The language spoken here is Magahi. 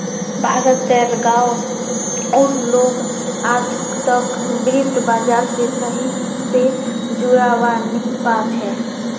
भारत तेर गांव उर लोग आजतक वित्त बाजार से सही से जुड़ा वा नहीं पा छे